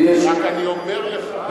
רק אני אומר לך,